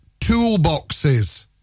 toolboxes